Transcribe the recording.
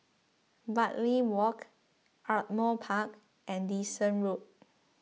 Bartley Walk Ardmore Park and Dyson Road